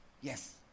Yes